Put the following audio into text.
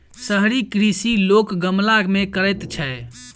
शहरी कृषि लोक गमला मे करैत छै